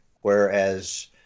Whereas